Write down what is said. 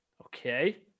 Okay